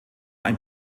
ein